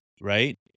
right